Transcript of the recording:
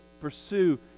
pursue